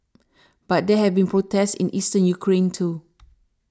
but there have been protests in Eastern Ukraine too